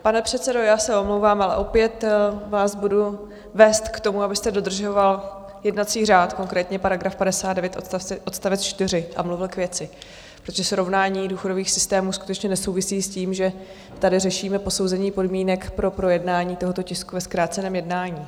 Pane předsedo, já se omlouvám, ale opět vás budu vést k tomu, abyste dodržoval jednací řád, konkrétně § 59 odst. 4, a mluvil k věci, protože srovnání důchodových systémů skutečně nesouvisí s tím, že tady řešíme posouzení podmínek pro projednání tohoto tisku ve zkráceném jednání.